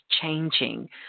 changing